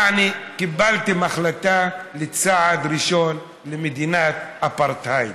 יעני, קיבלתם החלטה לצעד ראשון למדינת אפרטהייד.